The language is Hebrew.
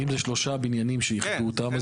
אם זה שלושה בניינים שאיחדו אותם,